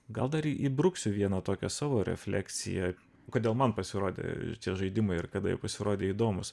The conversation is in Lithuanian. gal dar įbruksiu vieną tokią savo refleksiją kodėl man pasirodė tie žaidimai ir kada pasirodė įdomūs